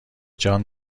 جان